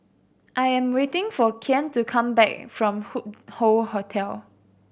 I am waiting for Kian to come back from Hup Hoe Hotel